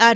R